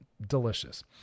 delicious